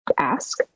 ask